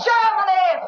Germany